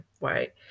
right